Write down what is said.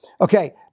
Okay